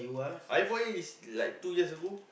iPhone eight is like two years ago